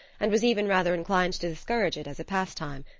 and was even rather inclined to discourage it as a pastime,